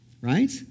right